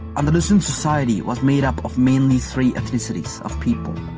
andalusian society was made up of manly three ethnicities of people.